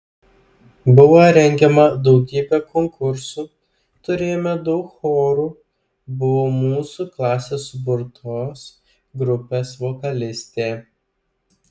buvo rengiama daugybė konkursų turėjome daug chorų buvau mūsų klasės suburtos grupės vokalistė